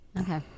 Okay